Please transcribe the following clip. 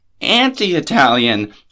anti-Italian